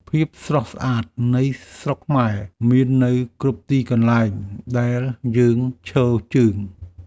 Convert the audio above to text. ភាពស្រស់ស្អាតនៃស្រុកខ្មែរ មាននៅគ្រប់ទីកន្លែងដែលយើងឈរជើង។